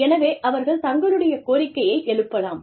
எனவே அவர்கள் தங்களுடைய கோரிக்கையை எழுப்பலாம்